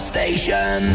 Station